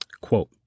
Quote